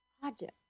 project